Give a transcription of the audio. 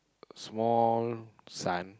small son